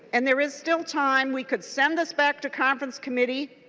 and there is still time. we could send this back to conference committee.